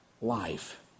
life